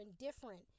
indifferent